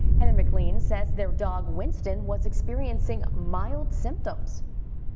and and mclean says their dog winston was experiencing mild symptoms.